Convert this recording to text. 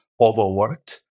overworked